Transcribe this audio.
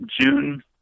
June